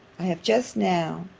i have just now,